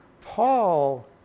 Paul